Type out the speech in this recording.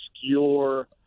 obscure